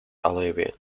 olivia